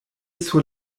sur